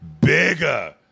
bigger